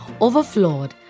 overflowed